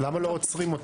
למה לא עוצרים אותם?